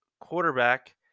quarterback